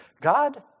God